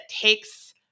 takes